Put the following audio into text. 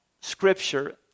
scripture